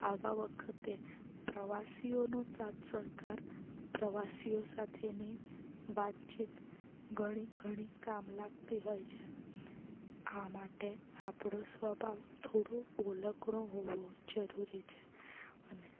આવા વખતે પ્રવાસીઓનો સાથ સહકાર પ્રવાસીઓ સાથેની વાતચીત ઘણી ઘણી કામ લાગતી હોય છે આ માટે આપણો સ્વભાવ થોડો બોલકણો હોવો જરૂરી છે અને